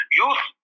youth